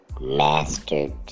mastered